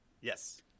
Yes